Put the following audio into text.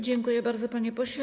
Dziękuję bardzo, panie pośle.